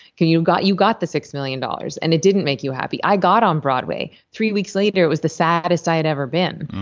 you got you got the six million dollars and it didn't make you happy. i got on broadway. three weeks later it was the saddest i had ever been.